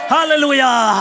Hallelujah